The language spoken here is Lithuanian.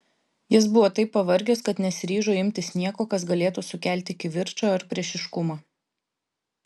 jis buvo taip pavargęs kad nesiryžo imtis nieko kas galėtų sukelti kivirčą ar priešiškumą